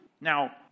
Now